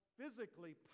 physically